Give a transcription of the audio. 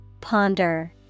ponder